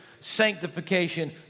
sanctification